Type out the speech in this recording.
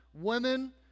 women